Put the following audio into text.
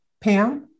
Pam